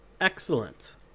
Excellent